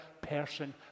person